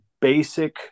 basic